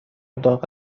داغ